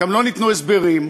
גם לא ניתנו הסברים.